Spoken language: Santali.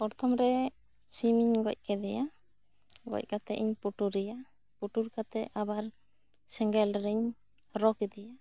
ᱯᱚᱨᱛᱷᱚᱢ ᱨᱮ ᱥᱤᱢ ᱤᱧ ᱜᱚᱡ ᱠᱮᱫᱮᱭᱟ ᱜᱚᱡ ᱠᱟᱛᱮᱜ ᱤᱧ ᱯᱩᱴᱩᱨᱮᱭᱟ ᱯᱩᱴᱩᱨ ᱠᱟᱛᱮᱜ ᱟᱵᱟᱨ ᱥᱮᱸᱜᱮᱞ ᱨᱤᱧ ᱨᱚ ᱠᱮᱫᱮᱭᱟ